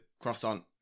croissant